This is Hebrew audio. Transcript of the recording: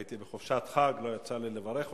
הייתי בחופשת חג, לא יצא לי לברך אותך,